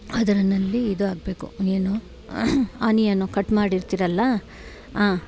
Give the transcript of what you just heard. ಅದರಲ್ಲಿ ಇದು ಹಾಕ್ಬೇಕು ಏನು ಆನಿಯನು ಕಟ್ ಮಾಡಿರ್ತಿರಲ್ಲ ಆಂ